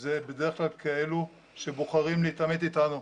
זה בדרך כלל כאלה שבוחרים להתעמת איתנו.